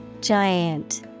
Giant